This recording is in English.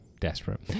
desperate